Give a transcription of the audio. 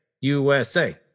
USA